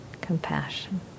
compassion